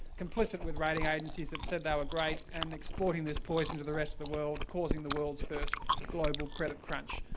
complicit with rating agencies that said they were ah great, and exporting this poison to the rest of the world, causing the world's first global credit crunch,